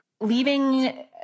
leaving